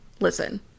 Listen